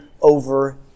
over